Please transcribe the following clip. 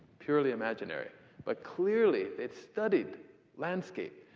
purely imaginary. but clearly, they'd studied landscape.